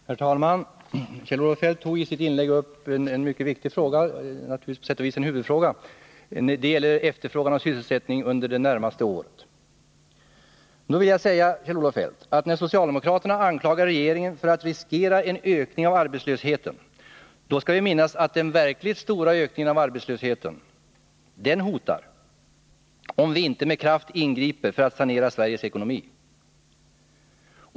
Herr talman! Kjell-Olof Feldt tog i sitt inlägg upp ett mycket viktigt spörsmål, på sätt och vis en huvudangelägenhet, nämligen efterfrågan och sysselsättning under det närmaste året. Jag vill säga till Kjell-Olof Feldt, med anledning av socialdemokraternas anklagelse mot regeringen att den riskerar att skapa en ökning av arbetslösheten, att vi skall minnas att den verkligt stora ökningen av denna hotar, om vi inte med kraft ingriper för att sanera Sveriges ekonomi.